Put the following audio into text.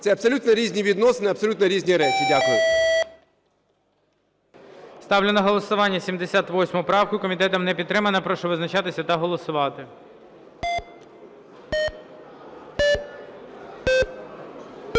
Це абсолютно різні відносини і абсолютно різні речі. Дякую. ГОЛОВУЮЧИЙ. Ставлю на голосування 78 правку. Комітетом не підтримана. Прошу визначатися та голосувати.